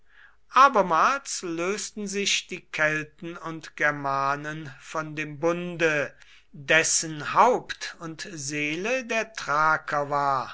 abermals lösten sich die kelten und germanen von dem bunde dessen haupt und seele der thraker war